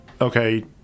okay